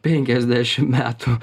penkiasdešim metų